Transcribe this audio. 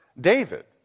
David